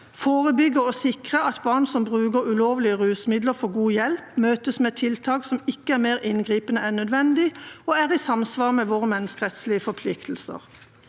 forebygge og sikre at barn som bruker ulovlige rusmidler, får god hjelp og møtes med tiltak som ikke er mer inngripende enn nødvendig, og som er i samsvar med våre menneskerettslige forpliktelser